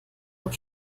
auch